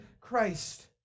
Christ